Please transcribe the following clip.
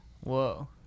Whoa